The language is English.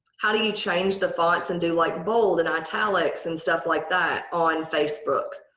how do you change the fonts and do like bold and italics and stuff like that on facebook?